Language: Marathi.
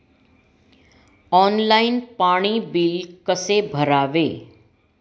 ऑनलाइन पाणी बिल कसे भरावे?